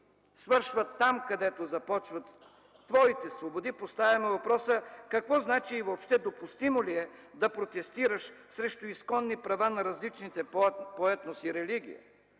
свършват там, където започват твоите свободи”, поставяме въпроса какво значи и въобще допустимо ли е да протестираш срещу изконни права на различните по етнос и религия?